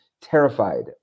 terrified